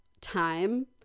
time